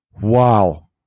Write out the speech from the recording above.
Wow